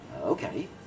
Okay